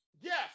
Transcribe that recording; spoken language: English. Yes